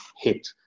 hit